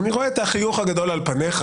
אני רואה את החיוך הגדול על פניך,